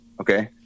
okay